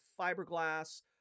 fiberglass